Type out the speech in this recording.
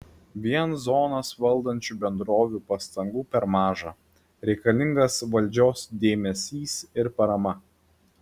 vien zonas valdančių bendrovių pastangų per maža reikalingas valdžios dėmesys ir parama